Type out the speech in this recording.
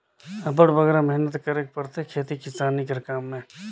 अब्बड़ बगरा मेहनत करेक परथे खेती किसानी कर काम में